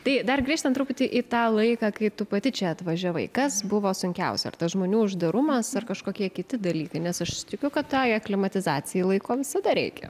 tai dar grįžtant truputį į tą laiką kai tu pati čia atvažiavai kas buvo sunkiausia ar tas žmonių uždarumas ar kažkokie kiti dalykai nes aš tikiu kad tai aklimatizacijai laiko visada reikia